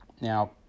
now